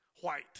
white